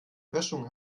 böschung